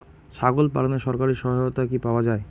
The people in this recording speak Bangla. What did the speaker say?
ছাগল পালনে সরকারি সহায়তা কি পাওয়া যায়?